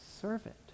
servant